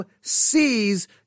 sees